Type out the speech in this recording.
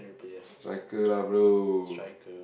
cycle lah bro